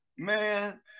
Man